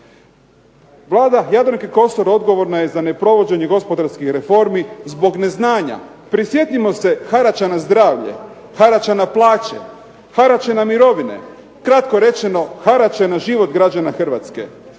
Vlada Jadranke Kosor odgovorna je za neprovođenje gospodarskih reformi zbog neznanja. Prisjetimo se harača na zdravlje, harača ne plaće, harača na mirovine, kratko rečeno harača na život građana Hrvatske.